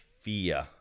fear